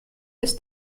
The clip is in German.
ist